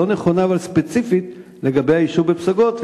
אבל היא לא נכונה ספציפית לגבי היישוב בפסגות.